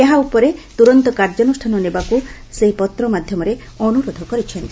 ଏହା ଉପରେ ତୁରନ୍ତ କାର୍ଯ୍ୟାନୁଷାନ ନେବାକୁ ସେହି ପତ୍ର ମାଧ୍ୟମରେ ଅନୁରୋଧ କରିଛନ୍ତି